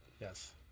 Yes